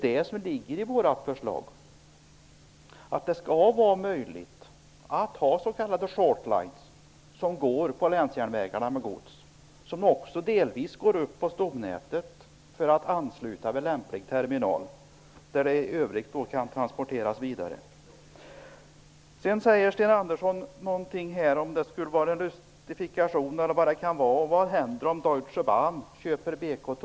Det ligger i vårt förslag att det skall vara möjligt att ha s.k. short lines som går med gods på länsjärnvägarna. De skall också delvis gå in på stomnätet för att sedan ansluta vid någon lämplig terminal. Därifrån kan godset sedan transporteras vidare. Sten Andersson frågar vad som händer om Deutsche Bahn köper BK-Tåg; jag vet inte om frågan var avsedd att vara en lustifikation eller någonting annat.